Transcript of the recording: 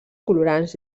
colorants